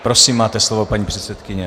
Prosím máte slovo, paní předsedkyně.